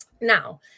Now